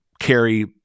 carry